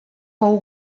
fou